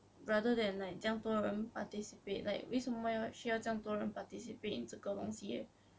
rather than like 这样多人 participate like 为什么要需要这样多人 participate in 这个东西 eh